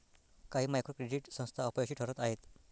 काही micro credit संस्था अपयशी ठरत आहेत